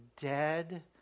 dead